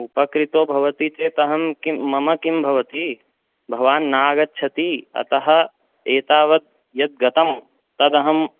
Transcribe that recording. उपकृतो भवति चेत् अहं किं मम किं भवति भवान् नागच्छति अतः एतावद् यद्गतं तदहं